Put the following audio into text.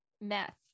meth